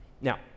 Now